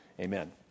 amen